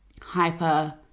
hyper